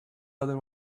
other